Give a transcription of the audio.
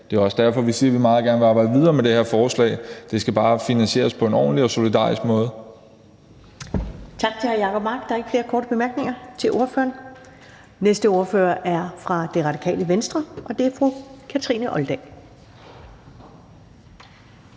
Det er også derfor, vi siger, at vi meget gerne vil arbejde videre med det her forslag. Det skal bare finansieres på en ordentlig og solidarisk måde. Kl. 10:30 Første næstformand (Karen Ellemann): Tak til hr. Jacob Mark. Der er ikke flere korte bemærkninger til ordføreren. Den næste ordfører er fra Det Radikale Venstre, og det er fru Kathrine Olldag.